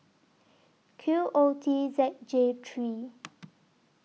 Q O T Z J three